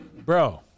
bro